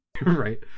right